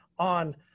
On